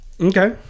Okay